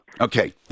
Okay